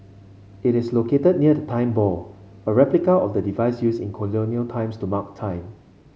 it is located near the Time Ball a replica of the device use in colonial times to mark time